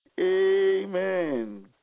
Amen